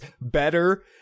better